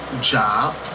job